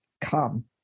come